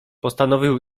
postanowił